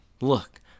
look